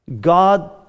God